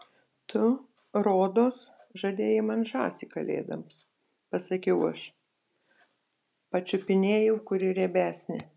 tu rodos žadėjai man žąsį kalėdoms pasakiau aš pačiupinėjau kuri riebesnė